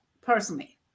personally